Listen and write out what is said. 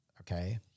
okay